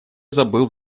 забыл